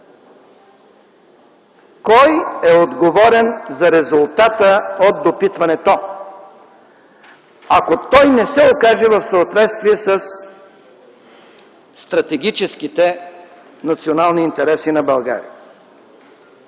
кой е отговорен за резултата от допитването, ако той не се окаже в съответствие със стратегическите национални интереси на България?